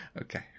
Okay